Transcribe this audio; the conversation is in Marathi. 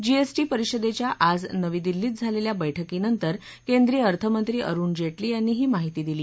जीएसटी परिषदेच्या आज नवी दिल्लीत झालेल्या बैठकीनंतर केंद्रीय अर्थमंत्री अरुण जेटली यांनी ही माहिती दिली